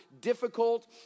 difficult